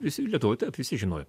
visi lietuvoj taip visi žinojo